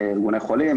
ארגוני חולים,